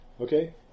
Okay